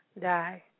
die